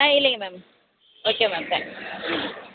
ஆ இல்லைங்க ma'am okay ma'am thanks ம்